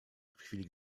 chwili